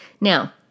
Now